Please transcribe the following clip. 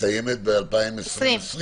מסתיימת ב-2020.